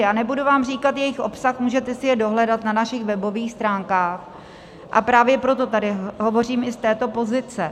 A nebudu vám říkat jejich obsah, můžete si je dohledat na našich webových stránkách, a právě proto tady hovořím i z této pozice.